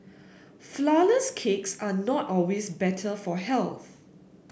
flourless cakes are not always better for health